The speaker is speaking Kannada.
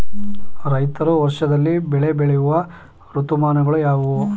ರೈತರು ವರ್ಷದಲ್ಲಿ ಬೆಳೆ ಬೆಳೆಯುವ ಋತುಮಾನಗಳು ಯಾವುವು?